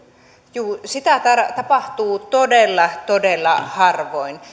juu sitä tapahtuu todella todella harvoin